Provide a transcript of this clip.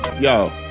Yo